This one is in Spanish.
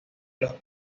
los